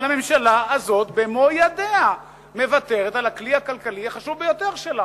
אבל הממשלה הזאת במו ידיה מוותרת על הכלי הכלכלי החשוב ביותר שלה.